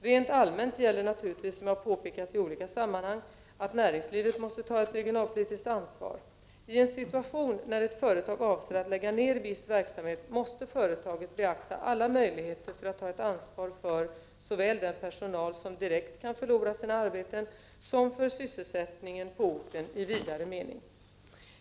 Rent allmänt gäller naturligtvis, som jag påpekat i olika sammanhang, att näringslivet måste ta ett regionalpolitiskt ansvar. I en situation när ett företag avser att lägga ner viss verksamhet måste företaget beakta alla möjligheter att ta ett ansvar för såväl den personal som direkt kan förlora sina arbeten som för sysselsättningen på orten i vidare mening.